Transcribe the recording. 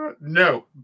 No